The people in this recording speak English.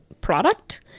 product